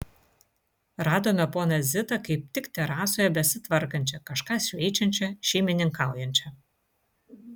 radome ponią zitą kaip tik terasoje besitvarkančią kažką šveičiančią šeimininkaujančią